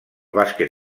bàsquet